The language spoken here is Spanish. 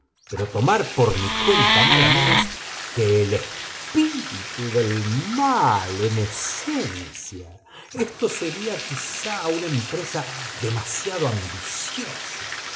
pero tomar por mi cuenta nada menos que el espíritu del mal en esencia ésto sería quizá una empresa demasiado ambiciosa